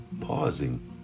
pausing